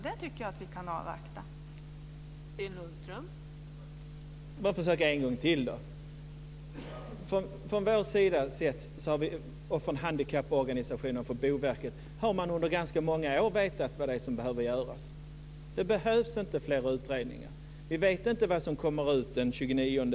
Jag tycker att vi kan avvakta det.